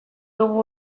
dugu